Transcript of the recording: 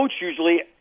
usually